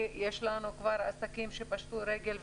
יש לנו כבר עסקים שפשטו את הרגל,